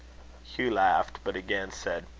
hugh laughed but again said,